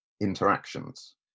interactions